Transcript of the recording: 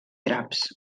draps